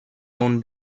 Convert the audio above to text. own